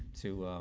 to